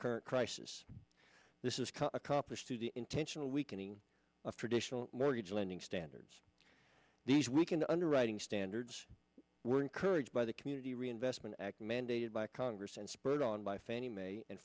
current crisis this is accomplished through the intentional weakening of traditional mortgage lending standards these weakened underwriting standards were encouraged by the community reinvestment act mandated by congress and spurred on by fan